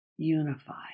unified